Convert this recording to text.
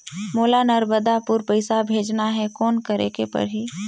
मोला नर्मदापुर पइसा भेजना हैं, कौन करेके परही?